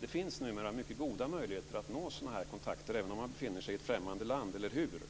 Det finns numera mycket goda möjligheter att ta sådana här kontakter även om man befinner sig i ett främmande land - eller hur?